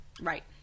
Right